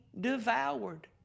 Devoured